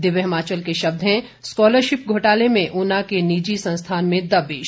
दिव्य हिमाचल के शब्द हैं स्कॉलरशिप घोटाले में ऊना के निजी संस्थान में दबिश